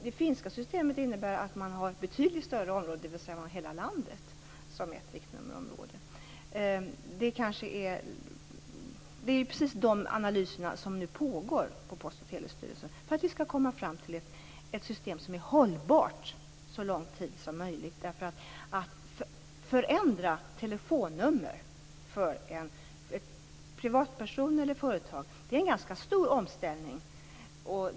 Det finska systemet innebär att man har ett betydligt större område, nämligen hela landet, som ett riktnummerområde. Det är dessa analyser som nu pågår på Post och telestyrelsen för att vi skall komma fram till ett system som är hållbart så lång tid som möjligt. Att förändra telefonnummer för en privatperson eller ett företag är en ganska stor omställning.